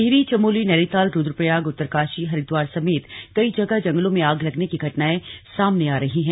टिहरी चमोली नैनीताल रूद्रप्रयाग उत्तरकाशी हरिद्वार समेत कई जगह जंगलों में आग लगने की घटनाएं सामने आ रही हैं